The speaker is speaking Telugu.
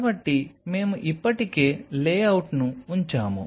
కాబట్టి మేము ఇప్పటికే లేఅవుట్ని ఉంచాము